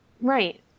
right